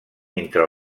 entre